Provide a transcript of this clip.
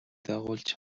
дагуулж